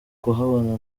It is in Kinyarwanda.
kuhabona